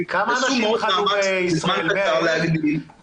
שעשו מאמץ בזמן קצר מאוד להגדיל את המספר.